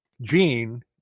Jean